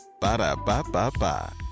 ba-da-ba-ba-ba